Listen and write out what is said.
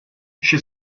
she